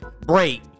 break